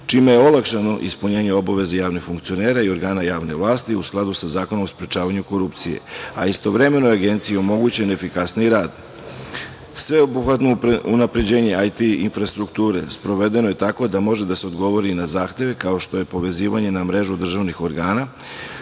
čime je olakšano ispunjenje obaveza javnih funkcionera i organa javne vlasti, u skladu sa Zakonom o sprečavanju korupcije, a istovremeno Agenciji je omogućen efikasniji rad. Sveobuhvatno unapređenje IT infrastrukture sprovedeno je tako da može da se odgovori na zahteve, kao što je povezivanje na mrežu državnih organa,